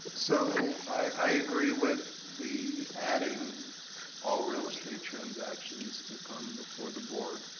so i agree with the adding all real estate transactions to come before the board.